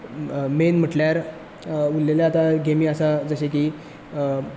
main म्हणटल्यार उरलेले आतां गेमी आसात जशें की